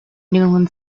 newlyn